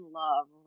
love